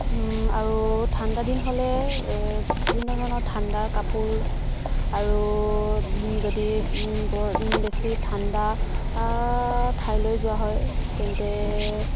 আৰু ঠাণ্ডা দিন হ'লে বিভিন্ন ধৰণৰ ঠাণ্ডাৰ কাপোৰ আৰু যদি বৰ বেছি ঠাণ্ডা ঠাইলৈ যোৱা হয় তেন্তে